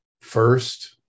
First